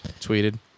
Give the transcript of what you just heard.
tweeted